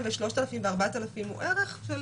גם זוכים, צריך להבין שגם